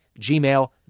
gmail